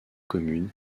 commune